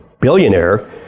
billionaire